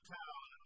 town